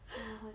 你要换